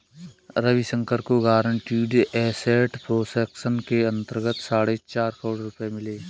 रविशंकर को guaranteed asset protection के अंतर्गत साढ़े चार करोड़ रुपये मिले